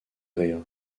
rire